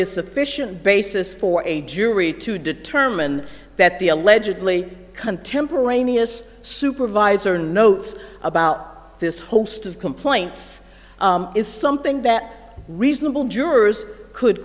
is sufficient basis for a jury to determine that the allegedly contemporaneous supervisor notes about this host of complaints is something that reasonable jurors could